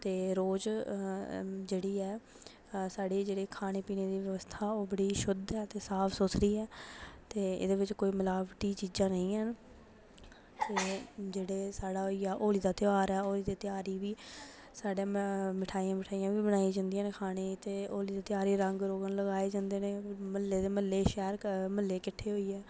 ते रोज जेह्ड़ी ऐ साढ़ी जेह्ड़ी खाना पीने दी बवस्था ऐ ओह् बड़ी शुद्ध ऐ ते साफ सुथरी ते एह्दे बिच्च कोई मलावटी चीजां नेईं हैन ते जेह्ड़ा साढ़ा होई गेआ होली दा त्यहार ऐ होली दे त्यहार गी बी साढ़ै मठाइयां मठुइयां बी बनाइयां जंदियां न खाने गी ते होली दे त्यहार गी रंग रोगन लगाए जंदे न म्हल्ले दे म्हल्ले शैल म्हल्ले किट्टे होइयै